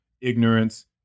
ignorance